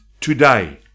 today